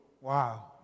Wow